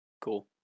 Cool